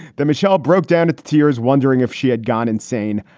then michelle broke down in tears, wondering if she had gone insane.